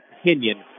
opinion